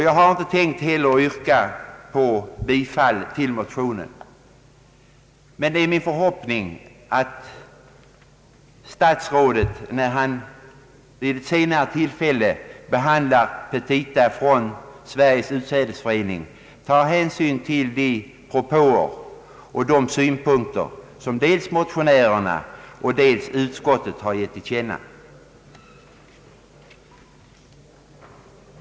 Jag har inte heller tänkt yrka bifall till motionen, men det är min förhoppning att statsrådet, när han vid ett senare tillfälle behandlar petita från Sveriges utsädesförening, tar hänsyn till de propåer och de synpunkter som dels motionärerna och dels utskottet har givit till känna.